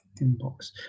Inbox